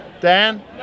Dan